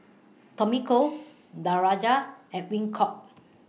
Tommy Koh Danaraj and Edwin Koek